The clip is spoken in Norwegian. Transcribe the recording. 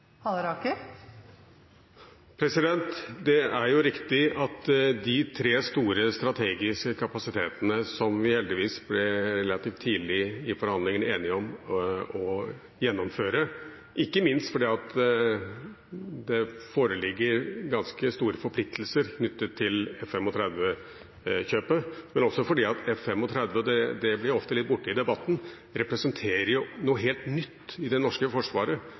Halleraker deler? Det er riktig at de tre store strategiske kapasitetene som vi relativt tidlig i forhandlingene heldigvis ble enige om å gjennomføre – ikke minst fordi det foreligger ganske store forpliktelser knyttet til F-35-kjøpet, men også fordi F-35 ofte blir litt borte i debatten – representerer noe helt nytt i det norske forsvaret.